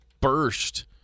burst